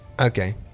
Okay